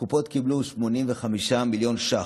הקופות קיבלו 85 מיליון ש"ח